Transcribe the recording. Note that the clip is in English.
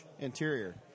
interior